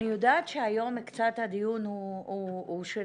אני יודעת שהיום הדיון קצת שונה.